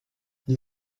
nie